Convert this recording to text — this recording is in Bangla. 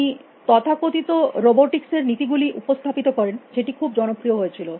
তিনি তথাকথিত রোবটিক্স এর নীতি গুলি উপস্থাপিত করেন যেটি খুব জনপ্রিয় হয়েছিল